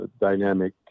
dynamic